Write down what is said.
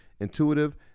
intuitive